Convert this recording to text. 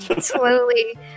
Slowly